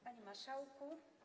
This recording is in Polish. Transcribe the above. Panie Marszałku!